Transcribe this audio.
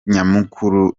nyamukuru